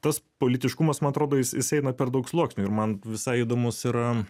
tas politiškumas man atrodo jis jis eina per daug sluoksnių ir man visai įdomus yra